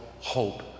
hope